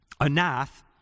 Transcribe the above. Anath